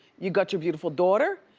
you got your beautiful daughter.